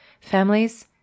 families